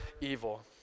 evil